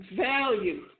value